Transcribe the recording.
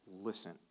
listen